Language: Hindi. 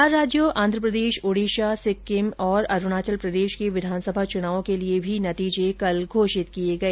चार राज्यों आंध्रप्रदेश ओडिशा सिक्किम तथा अरूणाचल प्रदेश की विधानसभा च्नावों के लिए भी नतीजे कल घोषित किए गए